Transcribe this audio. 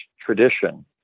tradition